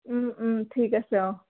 ঠিক আছে অঁ